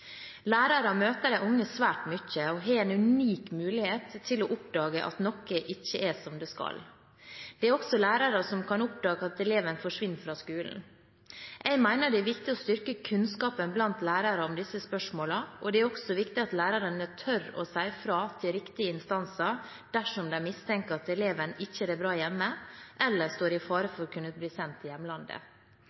møter de unge svært mye og har en unik mulighet til å oppdage at noe ikke er som det skal. Det er også lærere som kan oppdage at eleven forsvinner fra skolen. Jeg mener det er viktig å styrke kunnskapen blant lærere om disse spørsmålene, og det er også viktig at lærerne tør å si fra til riktige instanser dersom de mistenker at eleven ikke har det bra hjemme, eller står i fare for å kunne bli sendt til hjemlandet.